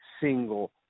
single